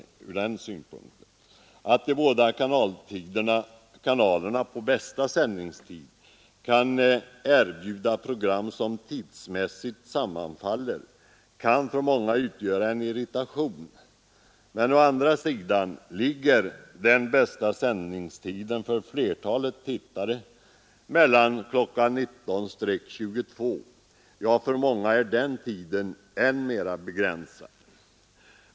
Att de båda kanalerna på bästa sändningstid kan erbjuda program som tidsmässigt sammanfaller kan för många utgöra en irritation. Å andra sidan ligger den bästa sändningstiden för flertalet tittare mellan kl. 19.00 och kl. 22.00; ja, för många är den än mer begränsad.